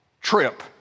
trip